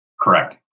Correct